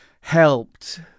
helped